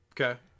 Okay